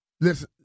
Listen